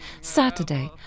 Saturday